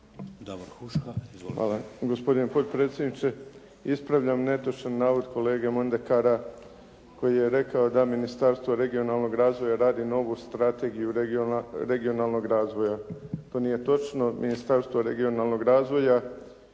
Hvala gospodine potpredsjedniče. Ispravljam netočan navod kolege Mondekara koji je rekao da Ministarstvo regionalnog razvoja radi novu strategiju regionalnog razvoja. To nije točno. Ministarstvo regionalnog razvoja